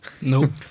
Nope